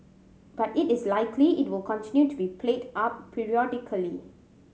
but it is likely it will continue to be played up periodically